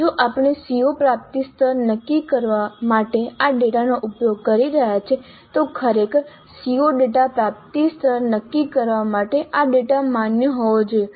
જો આપણે CO પ્રાપ્તિ સ્તર નક્કી કરવા માટે આ ડેટાનો ઉપયોગ કરી રહ્યા છીએ તો ખરેખર CO ડેટા પ્રાપ્તિ સ્તર નક્કી કરવા માટે આ ડેટા માન્ય હોવો જોઈએ